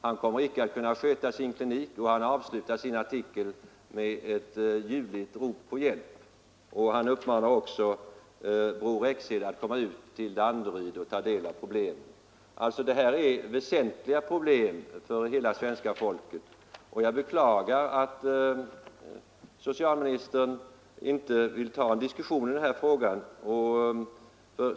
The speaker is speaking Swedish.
Han kommer inte att kunna sköta sin klinik, och han avslutar sin artikel med ett ljudligt rop på hjälp. Han uppmanar också Bror Rexed att komma ut till Danderyd och ta del av problemen. Detta är väsentliga problem för hela svenska folket. Jag beklagar att socialministern inte vill ta en diskussion i den här frågan.